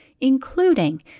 including